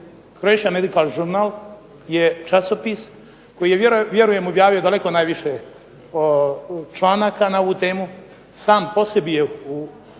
Croatia medical journal je časopis koji je objavio daleko najviše članaka na ovu temu i sam po sebi je u